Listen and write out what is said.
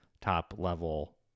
top-level